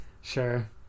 sure